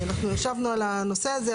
אנחנו ישבנו על הנושא הזה,